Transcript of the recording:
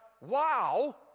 wow